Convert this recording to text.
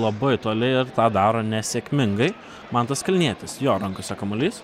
labai toli ir tą daro nesėkmingai mantas kalnietis jo rankose kamuolys